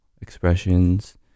expressions